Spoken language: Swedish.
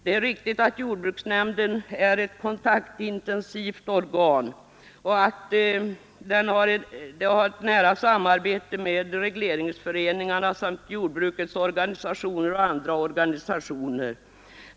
Det är riktigt att jordbruksnämnden är ett kontaktintensivt organ och att den har ett nära samarbete med regleringsföreningarna samt jordbrukets organisationer och andra organisationer.